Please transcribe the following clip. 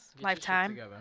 Lifetime